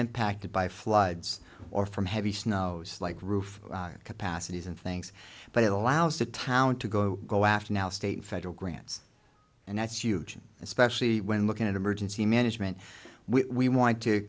impacted by floods or from heavy snows like roof capacities and things but it allows the town to go go after now state federal grants and that's huge especially when looking at emergency management we want to